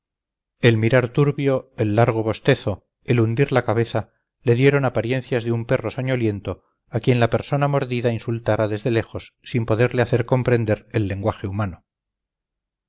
el mirar turbio el largo bostezo el hundir la cabeza le dieron apariencias de un perro soñoliento a quien la persona mordida insultara desde lejos sin poder hacerle comprender el lenguaje humano